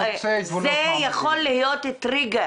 זה חוצה גבולות